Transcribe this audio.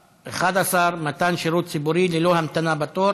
11) (מתן שירות ציבורי ללא המתנה בתור